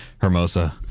Hermosa